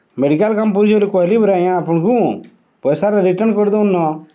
medical କାମ୍ ପଡ଼ିଛେ ବଲି କହେଲି ପରେ ଆଜ୍ଞା ଆପଣ୍କୁ ପଏସାଟା ରିଟର୍ଣ୍ଣ୍ କରିଦଉନ୍ ନ